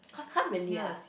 !huh! really ah